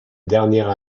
dernière